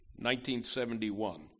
1971